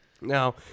Now